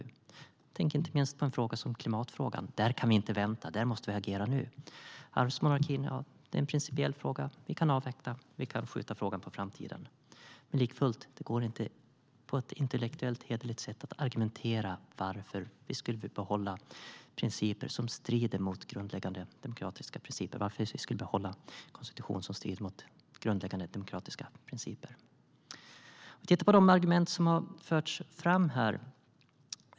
Jag tänker inte minst på en fråga som klimatfrågan. Där kan vi inte vänta, utan där måste vi agera nu. Arvsmonarkin är en principiell fråga. Vi kan avveckla eller skjuta frågan på framtiden. Likafullt går det inte att på ett intellektuellt hederligt sätt argumentera för att behålla en konstitution som strider mot grundläggande demokratiska principer. Vi kan titta på de argument som har förts fram.